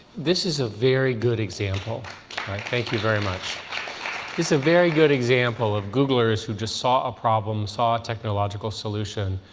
this is a very good example thank you very much. this is a very good example of googlers who just saw a problem, saw a technological solution,